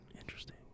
Interesting